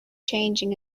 changing